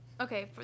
okay